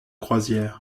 croisière